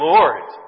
Lord